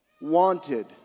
wanted